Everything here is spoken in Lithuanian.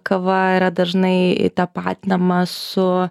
kava yra dažnai tapatinama su